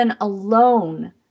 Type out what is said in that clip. alone